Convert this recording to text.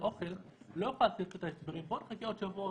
אוכל לא יוכל לתת את ההסברים פה תחכה עוד שבוע,